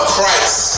Christ